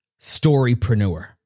Storypreneur